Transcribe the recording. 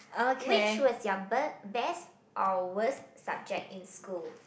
which was your bird best or worst subject in school